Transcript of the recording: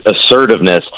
assertiveness